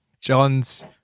John's